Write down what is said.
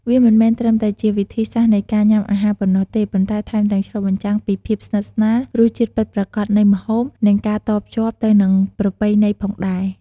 វាមិនមែនត្រឹមតែជាវិធីសាស្រ្តនៃការញ៉ាំអាហារប៉ុណ្ណោះទេ ប៉ុន្តែថែមទាំងឆ្លុះបញ្ចាំងពីភាពស្និទ្ធស្នាល រសជាតិពិតប្រាកដនៃម្ហូប និងការតភ្ជាប់ទៅនឹងប្រពៃណីផងដែរ។